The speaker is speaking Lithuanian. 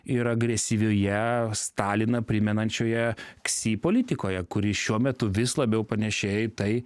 ir agresyvioje staliną primenančioje ksi politikoje kuri šiuo metu vis labiau panėšėja į tai